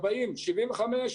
40 75,